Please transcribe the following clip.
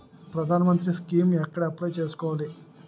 ప్రధాన మంత్రి స్కీమ్స్ ఎక్కడ అప్లయ్ చేసుకోవాలి?